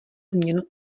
změnu